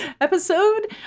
episode